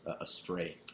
astray